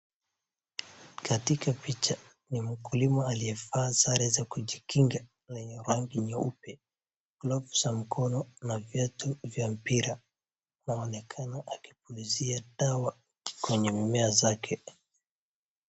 Katika picha ni mkulima aliyevaa sare za kujikinga lenye rangi nyeupe glovu za mkono na viatu vya mpira inaonekana akipulizia dawa kwenye mimea zake.